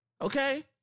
Okay